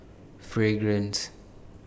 Fragrance